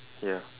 ya